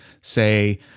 say